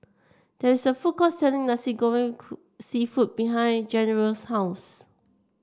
there's a food court selling Nasi Goreng seafood behind General's house